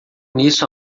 nisso